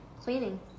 Cleaning